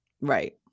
Right